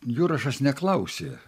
jurašas neklausė